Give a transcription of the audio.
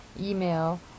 email